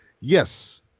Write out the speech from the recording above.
yes